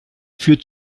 führt